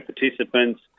participants